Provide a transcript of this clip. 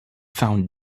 found